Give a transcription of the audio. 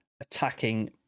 attacking